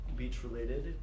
beach-related